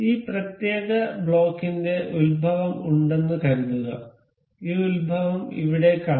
ഈ പ്രത്യേക ബ്ലോക്കിന്റെ ഉത്ഭവം ഉണ്ടെന്ന് കരുതുക ഈ ഉത്ഭവം ഇവിടെ കാണാം